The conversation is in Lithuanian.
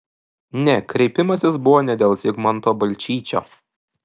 ne kreipimasis buvo ne dėl zigmanto balčyčio